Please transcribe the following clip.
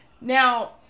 Now